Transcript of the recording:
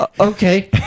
okay